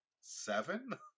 seven